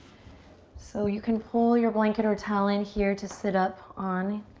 so you can pull your blanket or towel in here to sit up on.